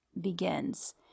begins